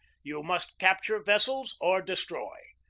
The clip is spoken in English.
you must capture vessels or destroy.